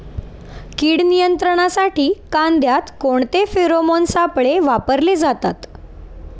कीड नियंत्रणासाठी कांद्यात कोणते फेरोमोन सापळे वापरले जातात?